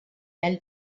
well